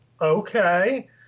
okay